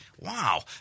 Wow